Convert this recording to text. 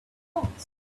hawks